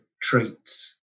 treats